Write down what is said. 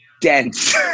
dense